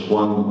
one